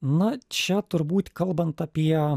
na čia turbūt kalbant apie